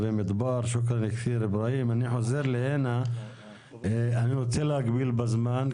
אני רוצה להגביל בזמן,